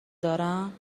دارم